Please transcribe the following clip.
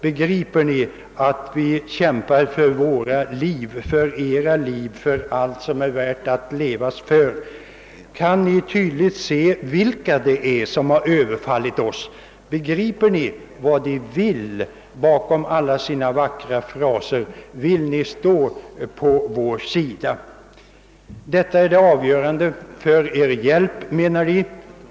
Begriper ni att vi kämpar för våra liv, för era liv, för allt som är värt att leva för? Kan ni se tydligt vilka det är som har överfallit oss? Begriper ni vad de vill bakom alla sina vackra fraser? Vill ni stå på vår sida? Detta är det avgörande för vår hjälp, anser de.